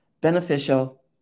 beneficial